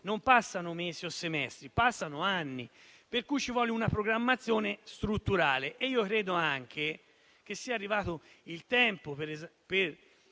non passano mesi o semestri, passano anni, per cui ci vuole una programmazione strutturale. Credo anche che sia arrivato il tempo per